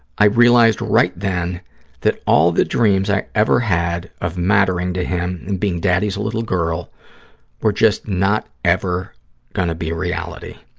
i realized right then that all the dreams i ever had of mattering to him and being daddy's little girl were just not ever going to be reality.